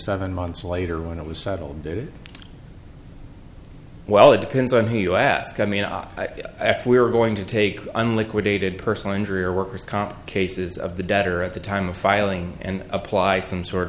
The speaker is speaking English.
seven months later when it was settled that well it depends on who you ask i mean off i thought we were going to take an liquidated personal injury or worker's comp cases of the debtor at the time of filing and apply some sort